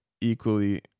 equally